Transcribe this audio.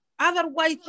Otherwise